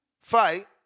fight